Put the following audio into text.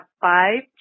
five